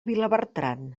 vilabertran